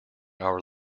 our